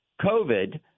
COVID